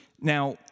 Now